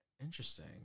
Interesting